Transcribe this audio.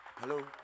Hello